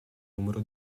numero